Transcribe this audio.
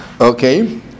Okay